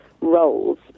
roles